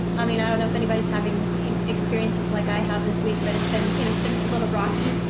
i mean, i don't know if anybody's having experiences like i have this week, but it's been you know it's been a little rocky.